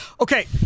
Okay